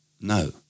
No